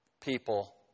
people